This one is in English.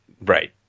Right